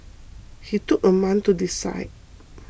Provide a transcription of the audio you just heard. he took a month to decide